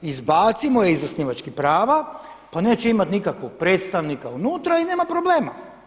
Izbacimo je iz osnivačkih prava pa neće imati nikakvog predstavnika unutra i nema problema.